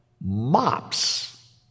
MOPs